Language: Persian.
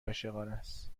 عاشقانست